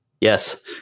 Yes